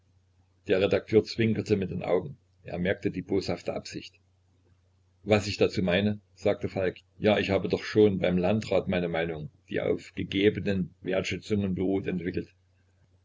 der redakteur zwinkerte mit den augen er merkte die boshafte absicht was ich dazu meine sagte falk ja ich habe doch schon beim landrat meine meinung die auf gegebenen wertschätzungen beruht entwickelt